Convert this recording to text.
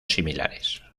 similares